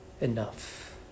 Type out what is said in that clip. enough